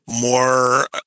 more